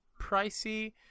pricey